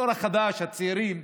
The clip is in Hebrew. הדור החדש, הצעירים,